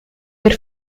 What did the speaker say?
per